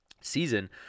season